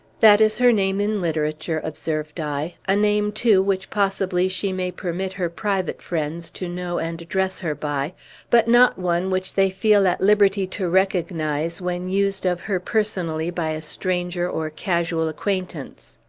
that is her name in literature, observed i a name, too, which possibly she may permit her private friends to know and address her by but not one which they feel at liberty to recognize when used of her personally by a stranger or casual acquaintance.